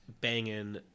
banging